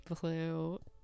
blue